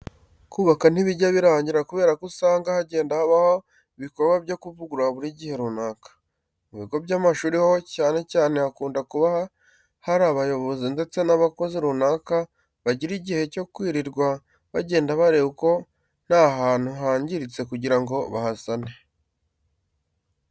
Kubaka ntibijya birangira kubera ko usanga hagenda habaho ibikorwa byo kuvugurura buri gihe runaka. Mu bigo by'amashuri ho cyane cyane hakunda kuba hari abayobozi ndetse n'abakozi runaka bagira igihe cyo kwirirwa bagenda bareba ko nta hantu hangiritse kugira ngo bahasane.